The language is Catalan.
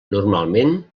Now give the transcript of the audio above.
normalment